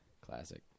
Classic